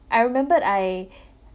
I remembered I